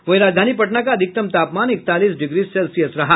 वहीं राजधानी पटना का अधिकतम तापमान इकतालीस डिग्री सेल्सियस रहा